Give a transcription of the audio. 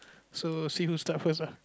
so see who start first lah